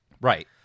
Right